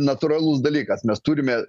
natūralus dalykas mes turime